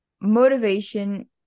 motivation